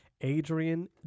Adrian